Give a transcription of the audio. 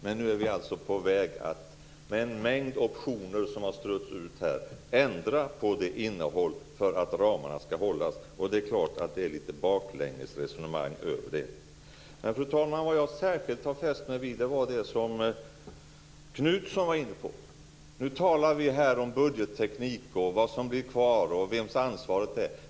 Men nu är vi alltså på väg, med en mängd optioner som har strötts ut här, att ändra på innehållet för att ramarna skall hållas. Det är klart att det är litet baklängesresonemang över det. Fru talman! Vad jag särskilt har fäst mig vid är det som Knutson var inne på. Vi talar här om budgetteknik, vad som blir kvar och vems ansvaret är.